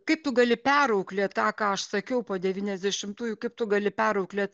kaip tu gali perauklėt tą ką aš sakiau po devyniasdešimtųjų kaip tu gali perauklėt